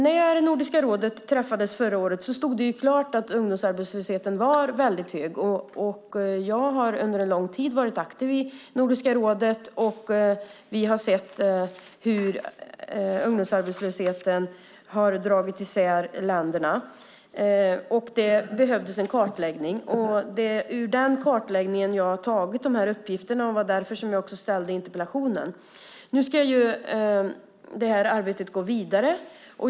När Nordiska rådet träffades förra året stod det klart att ungdomsarbetslösheten var väldigt hög. Under en lång tid har jag varit aktiv i Nordiska rådet. Vi har sett hur ungdomsarbetslösheten dragit isär länderna. Det behövdes en kartläggning. Det är utifrån den kartläggningen som jag har hämtat de här uppgifterna och ställt interpellationen. Nu ska arbetet gå vidare.